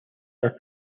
sir